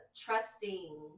trusting